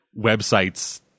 websites